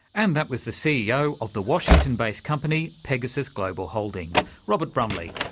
and that was the ceo of the washington-based company pegasus global holdings, robert brumley,